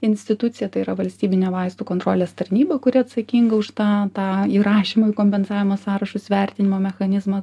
institucija tai yra valstybinė vaistų kontrolės tarnyba kuri atsakinga už tą tą įrašymo į kompensavimo sąrašus vertinimo mechanizmą